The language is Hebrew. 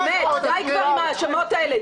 באמת, די כבר עם ההאשמות האלה.